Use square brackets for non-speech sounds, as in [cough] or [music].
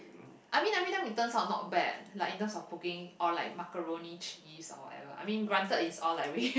I mean every time it turns out not bad like in terms of cooking or like macaroni cheese or like whatever I mean granted is all like rea~ [laughs]